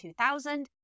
2000